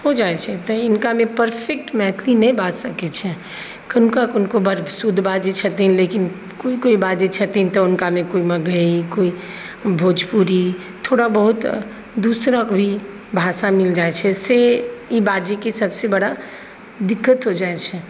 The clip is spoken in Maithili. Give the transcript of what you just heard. हो जाइ छै तऽ हिनकामे परफैक्ट मैथिली नहि बाजि सकै छै किनको किनको बड्ड शुद्ध बाजै छथिन लेकिन कोइ कोइ बाजै छै तऽ हुनकामे कोइ मगही कोइ भोजपुरी थोड़ा बहुत दूसरा कोइ भाषा मिल जाइ छै से ई बाजैके सबसँ बड़ा दिक्कत हो जाइ छै